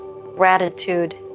gratitude